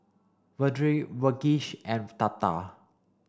Vedre Verghese and Tata